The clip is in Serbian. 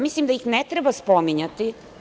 Mislim da ih ne treba spominjati.